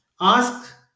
ask